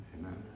amen